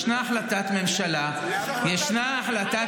ישנה החלטת ממשלה, ישנה החלטת